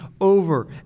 over